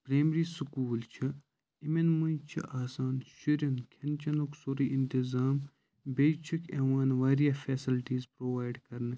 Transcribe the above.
primary school چھِ یِمَن منٛز چِھ آسان شُرِؠن کھیٚن چیٚنُک سُورٕے اِنتظام بیٚیہِ چِھکھ یِوان واریاہ فیسَلٹِیٖز پرووایِڈ کَرنہٕ